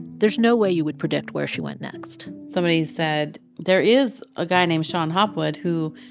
there's no way you would predict where she went next somebody said there is a guy named shon hopwood who,